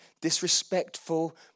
disrespectful